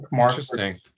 Interesting